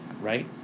right